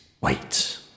wait